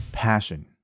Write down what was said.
passion